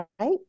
right